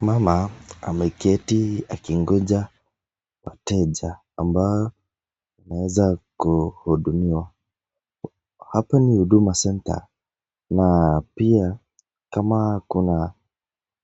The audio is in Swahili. Mama ameketi akingoja wateja ambao wanaweza kuhudumiwa, hapa ni huduma center na pia kama kuna